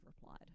replied